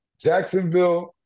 Jacksonville